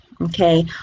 okay